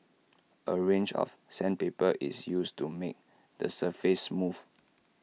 A range of sandpaper is used to make the surface smooth